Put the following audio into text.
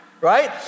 Right